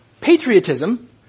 patriotism